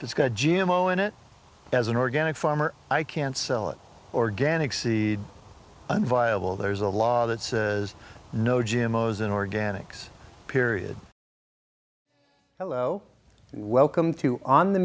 it's got g m o in it as an organic farmer i can't sell it organic seed viable there's a law that says no jim owes in organics period hello welcome to on the